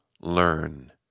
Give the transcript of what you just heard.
learn